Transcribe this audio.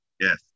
Yes